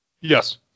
Yes